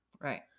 Right